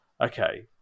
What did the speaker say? okay